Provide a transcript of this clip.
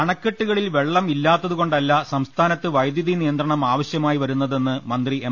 അണക്കെട്ടുകളിൽ വെള്ളം ഇല്ലാത്തത്കൊണ്ടല്ല സംസ്ഥാനത്ത് വൈദ്യുതി നിയ ന്ത്രണം ആവശ്യമായി വരുന്നതെന്ന് മന്ത്രി എം